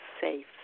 safe